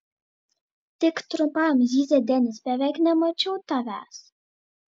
tik trumpam zyzia denis beveik nemačiau tavęs